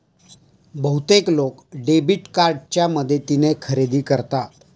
बहुतेक लोक डेबिट कार्डच्या मदतीने खरेदी करतात